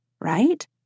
right